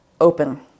open